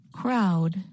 crowd